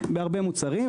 מוצרים,